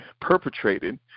perpetrated